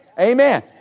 Amen